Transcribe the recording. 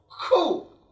cool